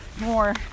more